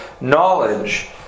knowledge